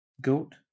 goat